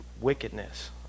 wickedness